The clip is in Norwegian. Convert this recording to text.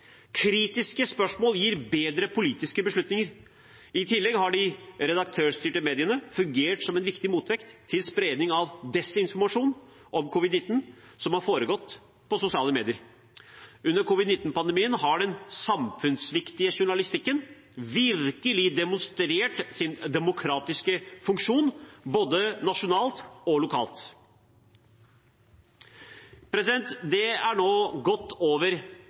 Kritiske spørsmål gir bedre politiske beslutninger. I tillegg har de redaktørstyrte mediene fungert som en viktig motvekt til spredning av desinformasjon om covid-19, som har foregått i sosiale medier. Under covid-19-pandemien har den samfunnsviktige journalistikken virkelig demonstrert sin demokratiske funksjon, både nasjonalt og lokalt. Det er nå godt over